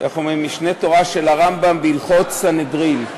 מ"משנה תורה" של הרמב"ם הלכות סנהדרין.